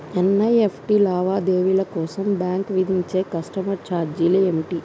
NEFT లావాదేవీల కోసం bank విధించే కస్టమర్ ఛార్జీలు ఏమిటి?